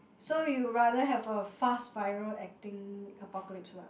so you rather have a fast viral acting apocalypse lah